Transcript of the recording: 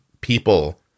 People